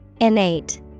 Innate